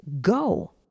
Go